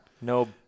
no